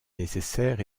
nécessaires